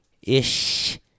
Ish